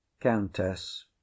countess